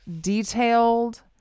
detailed